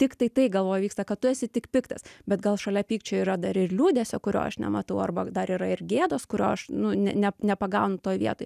tiktai tai galvoje vyksta kad tu esi tik piktas bet gal šalia pykčio yra dar ir liūdesio kurio aš nematau arba dar yra ir gėdos kurio aš nu ne ne nepagaunu toj vietoj